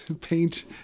paint